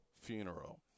funeral